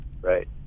Right